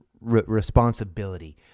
responsibility